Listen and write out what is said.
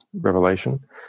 revelation